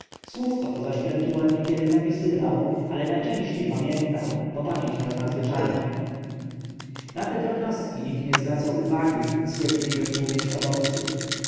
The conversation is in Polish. słówko to zaś pentuer niekiedy zapisywał ale najczęściej pamiętał bo pamięć miał nadzwyczajną na te drobnostki nikt nie zważał w zgiełkliwym tłumie